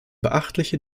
beachtliche